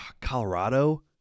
Colorado